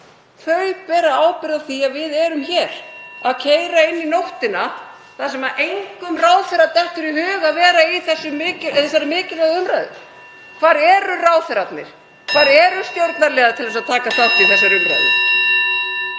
Þau bera ábyrgð á því að við erum hér að keyra inn í nóttina þar sem engum ráðherra dettur í hug að vera í þessari mikilvægu umræðu. Hvar eru ráðherrarnir? Hvar eru stjórnarliðar til að taka þátt í þessari umræðu?